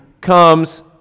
comes